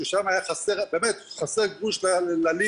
ששם באמת היה חסר גרוש ללירה.